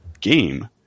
game